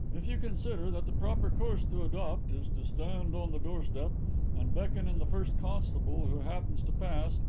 if you consider that the proper course to adopt is to stand on the doorstep and beckon in the first constable who happens to pass,